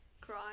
cry